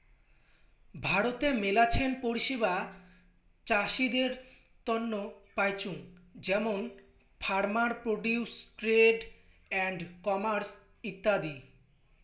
ভারতে মেলাছেন পরিষেবা চাষীদের তন্ন পাইচুঙ যেমন farmer produce trade and commerce ইত্যাদি